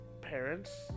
parents